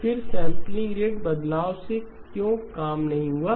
फिर sampling rate बदलाव से क्यों काम नहीं हुआ